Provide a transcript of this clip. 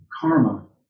karma